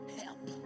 help